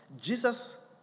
Jesus